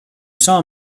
saw